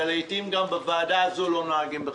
ולעתים גם בוועדה הזו לא נוהגים.